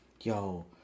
yo